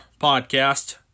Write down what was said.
podcast